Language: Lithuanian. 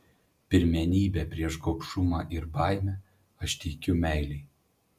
pirmenybę prieš gobšumą ir baimę aš teikiu meilei